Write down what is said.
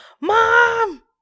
mom